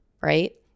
right